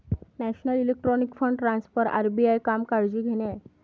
national electronic fund transfer RBI काम काळजी घेणे आहे